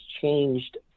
changed